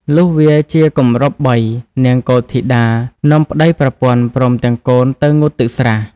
លុះវារជាគម្រប់បី នាងកុលធីតានាំប្តីប្រពន្ធព្រមទាំងកូនទៅងូតទឹកស្រះ ។